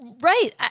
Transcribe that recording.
Right